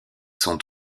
sont